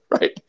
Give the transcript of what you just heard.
right